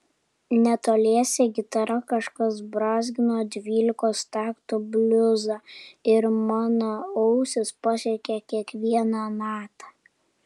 netoliese gitara kažkas brązgino dvylikos taktų bliuzą ir mano ausis pasiekė kiekviena nata